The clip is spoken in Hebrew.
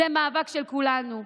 זה מאבק של כולנו,